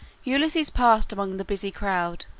ulysses passed among the busy crowd,